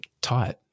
tight